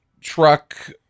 truck